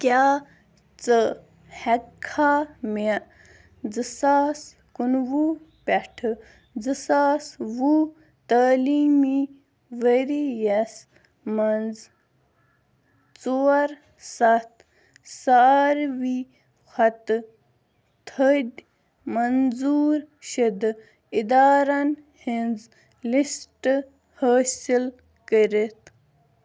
کیٛاہ ژٕ ہٮ۪ککھا مےٚ زٕ ساس کُنہٕ وُہ پٮ۪ٹھٕ زٕ ساس وُہ تٲلیٖمی ؤریَس منٛز ژور سَتھ ساروی کھۄتہٕ تھٔدۍ منظوٗر شُدٕ اِدارَن ہِنٛز لِسٹ حٲصِل کٔرِتھ